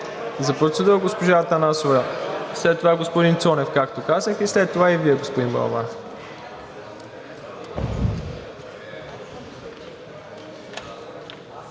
За процедура – госпожа Атанасова, след това господин Цонев, както казах. След това и Вие, господин Балабанов.